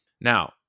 Now